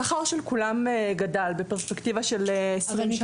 השכר של כולם גדל בפרספקטיבה של 20 שנים.